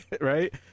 right